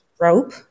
rope